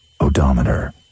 odometer